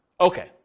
Okay